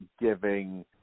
giving –